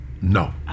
No